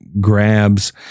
grabs